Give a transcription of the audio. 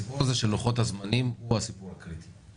עניין לוחות הזמנים הוא העניין הקריטי.